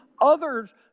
others